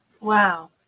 Wow